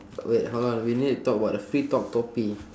wait how long we need talk about the free talk topi~